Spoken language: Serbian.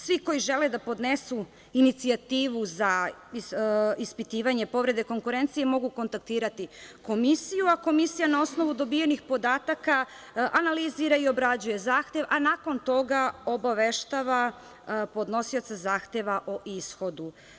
Svi koji žele da podnesu inicijativu za ispitivanje povrede konkurencije mogu kontaktirati Komisiju, a Komisija na osnovu dobijenih podataka analizira i obrađuje zahtev, a nakon toga obaveštava podnosioca zahteva o ishodu.